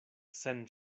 sen